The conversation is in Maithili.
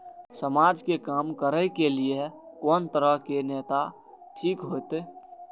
समाज के काम करें के ली ये कोन तरह के नेता ठीक होते?